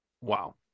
Wow